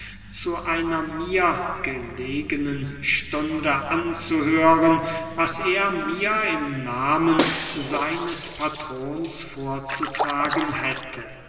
zu einer mir gelegenen stunde anzuhören was er mir im nahmen seines patrons vorzutragen hätte